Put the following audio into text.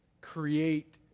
create